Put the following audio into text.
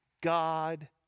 God